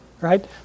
right